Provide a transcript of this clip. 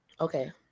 Okay